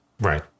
Right